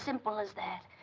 simple as that.